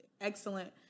excellent